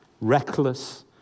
reckless